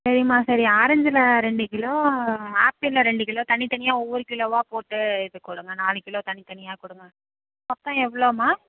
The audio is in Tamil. சரிம்மா சரி ஆரெஞ்சில் ரெண்டு கிலோ ஆப்பிளில் ரெண்டு கிலோ தனி தனியாக ஒவ்வொரு கிலோவாக போட்டு எடுத்துக்கொடுங்க நாலு கிலோ தனி தனியாக கொடுங்க மொத்தம் எவ்வளோம்மா